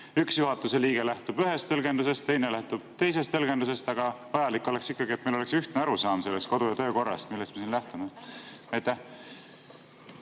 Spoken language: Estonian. üks juhatuse liige lähtub ühest tõlgendusest, teine lähtub teisest tõlgendusest, aga vajalik on, et meil oleks ühtne arusaam sellest kodu‑ ja töökorrast, millest me siin lähtume.